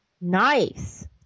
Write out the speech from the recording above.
Nice